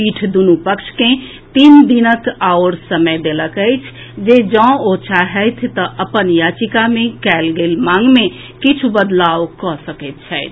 पीठ दुनू पक्ष के तीन दिनुका आओर समय देलक अछि जे जॅ ओ चाहथि तऽ अपन याचिका मे कयल गेल मांग मे किछु बदलाव कऽ सकैत छथि